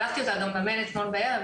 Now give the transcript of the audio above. שלחתי אותה גם במייל אתמול בערב.